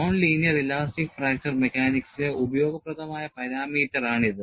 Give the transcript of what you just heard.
non linear elastic fracture മെക്കാനിക്സിലെ ഉപയോഗപ്രദമായ പാരാമീറ്ററാണ് ഇത്